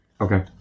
Okay